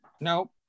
Nope